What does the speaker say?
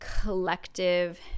collective